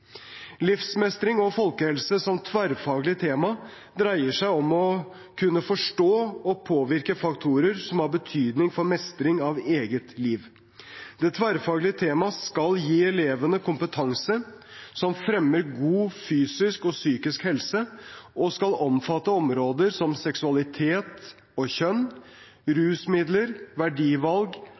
Livsmestring og folkehelse som tverrfaglig tema dreier seg om å kunne forstå og påvirke faktorer som har betydning for mestring av eget liv. Det tverrfaglige temaet skal gi elevene kompetanse som fremmer god fysisk og psykisk helse, og skal omfatte områder som seksualitet og kjønn, rusmidler, verdivalg,